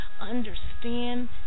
understand